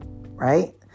Right